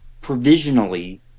provisionally